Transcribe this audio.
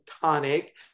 tonic